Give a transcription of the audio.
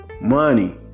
Money